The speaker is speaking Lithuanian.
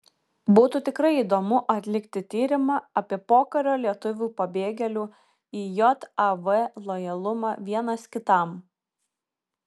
būtų tikrai įdomu atlikti tyrimą apie pokario lietuvių pabėgėlių į jav lojalumą vienas kitam